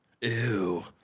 Ew